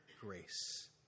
grace